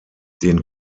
den